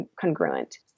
congruent